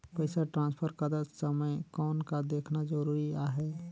पइसा ट्रांसफर करत समय कौन का देखना ज़रूरी आहे?